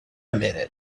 minute